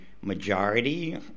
majority